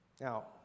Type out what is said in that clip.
Now